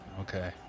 Okay